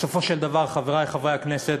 בסופו של דבר, חברי חברי הכנסת,